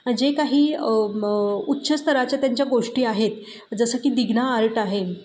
जे काही मग उच्च स्तराच्या त्यांच्या गोष्टी आहेत जसं की दिघना आर्ट आहे